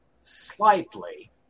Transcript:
slightly